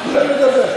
שייתנו להם לדבר.